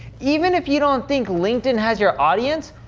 even if you don't think linked in has your audience,